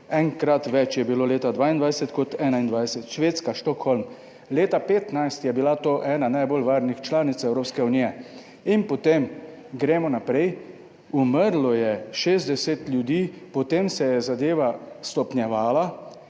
enkrat več je bilo leta 2022 kot 2021, Švedska, Stockholm, leta 2015 je bila to ena najbolj varnih članic Evropske unije in potem gremo naprej, umrlo je 60 ljudi, potem se je zadeva stopnjevala,